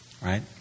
right